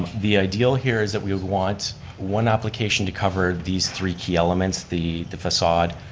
the ideal here is that we want one application to cover these three key elements, the the facade,